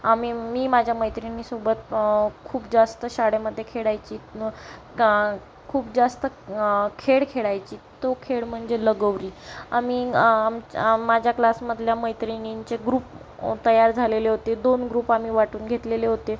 आम्ही मी माझ्या मैत्रिणीसोबत खूप जास्त शाळेमध्ये खेळायची का खूप जास्त खेळ खेळायची तो खेळ म्हणजे लगोरी आम्ही आमच्या माझ्या क्लासमधल्या मैत्रीणिंचे ग्रुप तयार झालेले होते दोन ग्रुप आम्ही वाटून घेतलेले होते